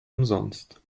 umsonst